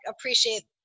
appreciate